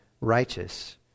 righteous